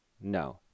no